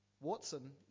Watson